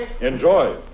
Enjoy